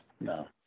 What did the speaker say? no